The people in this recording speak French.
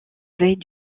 veille